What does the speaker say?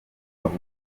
urugo